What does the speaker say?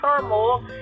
turmoil